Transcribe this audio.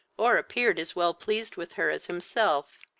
or appeared as well pleased with her as himself,